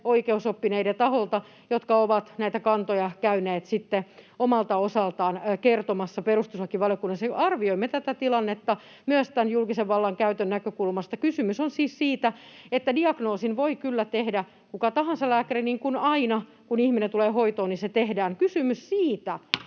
oikeusoppineiden taholta, jotka ovat näitä kantoja käyneet omalta osaltaan kertomassa perustuslakivaliokunnassa. Arvioimme tätä tilannetta myös tämän julkisen vallan käytön näkökulmasta. Kysymys on siis siitä, että diagnoosin voi kyllä tehdä kuka tahansa lääkäri, niin kuin aina, kun ihminen tulee hoitoon, se tehdään. Kysymys siitä,